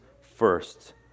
first